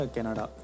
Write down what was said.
Canada